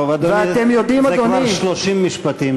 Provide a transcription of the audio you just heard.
ואתה יודע, אדוני, טוב, אדוני, זה כבר 30 משפטים.